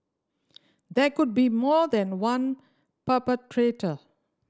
there could be more than one perpetrator